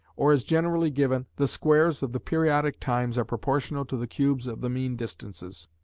or as generally given, the squares of the periodic times are proportional to the cubes of the mean distances.